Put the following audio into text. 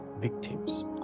victims